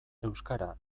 euskara